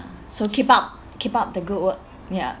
so keep up keep up the good work ya